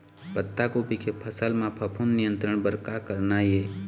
पत्तागोभी के फसल म फफूंद नियंत्रण बर का करना ये?